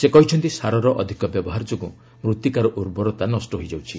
ସେ କହିଛନ୍ତି ସାରର ଅଧିକ ବ୍ୟବହାର ଯୋଗୁଁ ମୃତ୍ତିକାର ଉର୍ବରତା ନଷ ହୋଇଯାଉଛି